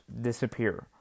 disappear